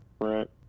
right